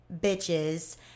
bitches